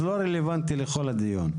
אז לא רלוונטי לכל הדיון.